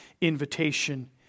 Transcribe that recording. invitation